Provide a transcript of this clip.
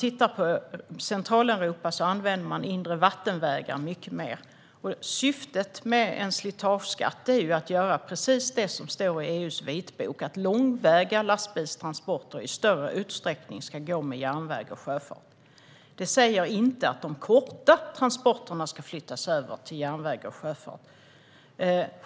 I Centraleuropa använder man inre vattenvägar mycket mer. Syftet med en slitageskatt är precis det som står i EU:s vitbok: att långväga lastbilstransporter i större utsträckning ska gå med järnväg och sjöfart. Det sägs inte att de korta transporterna ska flyttas över till järnväg och sjöfart.